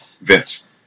Vince